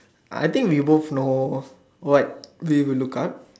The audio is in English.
I think we both know what we would look up